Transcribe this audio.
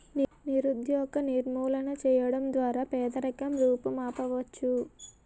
నిరుద్యోగ నిర్మూలన చేయడం ద్వారా పేదరికం రూపుమాపవచ్చు